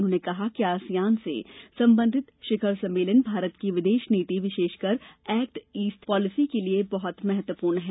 उन्होंने कहा है कि आसियान से संबंधित शिखर सम्मेलन भारत की विदेश नीति विशेषकर एक्ट ईस्ट पॉलिसी के लिए बहुत महत्वपूर्ण है